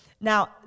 Now